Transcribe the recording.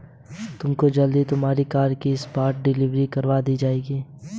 तुमको जल्द ही तुम्हारी कार की स्पॉट डिलीवरी करवा दी जाएगी